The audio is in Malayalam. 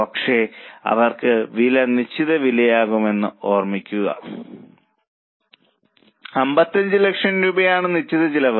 പക്ഷേ അവർക്ക് വലിയ നിശ്ചിത വിലയുണ്ടാകുമെന്ന് ഓർമ്മിക്കുക 55 ലക്ഷം രൂപയാണ് നിശ്ചിത ചെലവ്